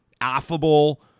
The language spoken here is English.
affable